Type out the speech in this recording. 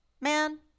man